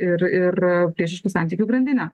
ir ir priešiškų santykių grandinę